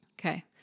Okay